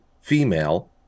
female